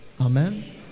Amen